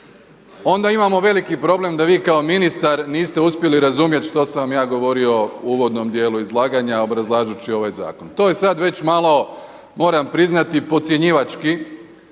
onda imamo veliki problem da vi kao ministar niste uspjeli razumjeti što sam vam ja govorio u uvodnom dijelu izlaganja obrazlažući ovaj zakon. To je sad već malo moram priznati podcjenjivački